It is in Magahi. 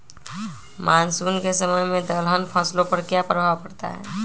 मानसून के समय में दलहन फसलो पर क्या प्रभाव पड़ता हैँ?